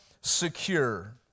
secure